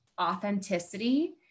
authenticity